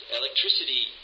electricity